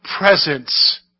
presence